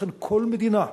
ולכן כל מדינה מסודרת,